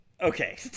Okay